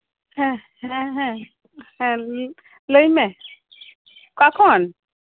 ᱦᱮᱸ ᱦᱮᱸ ᱞᱟᱹᱭᱢᱮ ᱚᱠᱟ ᱠᱷᱚᱱ